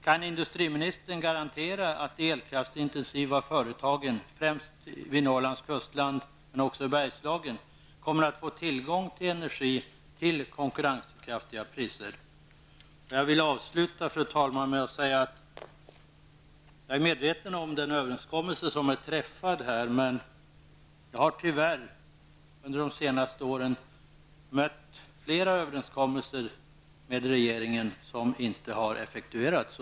Kan industriministern garantera att de elkraftsintensiva företagen främst i Norrlands kustland men också i Bergslagen kommer att få tillgång till energi till konkurrenskraftiga priser? Fru talman! Avslutningsvis vill jag säga att jag är medveten om den överenskommelse som har träffats här. Tyvärr har jag under de senaste åren mött flera överenskommelser med regeringen som inte har effektuerats.